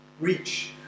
reach